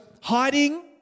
hiding